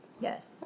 Yes